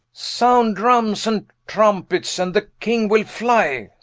sound drummes and trumpets, and the king will flye